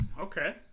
Okay